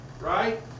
right